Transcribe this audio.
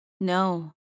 No